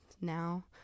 now